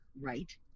Right